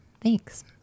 thanks